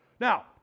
Now